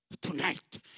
Tonight